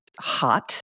hot